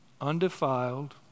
undefiled